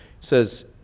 says